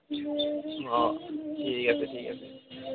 অঁ ঠিক আছে ঠিক আছে